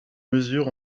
mesure